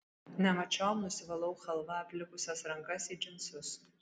nemačiom nusivalau chalva aplipusias rankas į džinsus